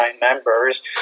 members